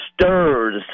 stirs